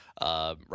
right